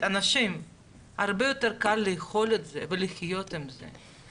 לאנשים הרבה יותר קל לאכול את זה ולחיות עם זה.